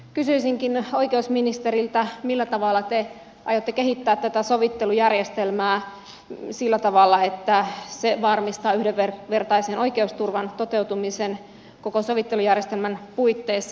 kysyisinkin oikeusministeriltä millä tavalla te aiotte kehittää tätä sovittelujärjestelmää sillä tavalla että se varmistaa yhdenvertaisen oikeusturvan toteutumisen koko sovittelujärjestelmän puitteissa